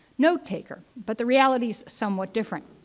notetaker. but the reality is somewhat different.